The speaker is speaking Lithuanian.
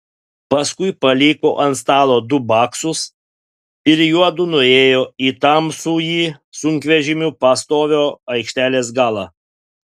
paskui paliko ant stalo du baksus ir juodu nuėjo į tamsųjį sunkvežimių postovio aikštelės galą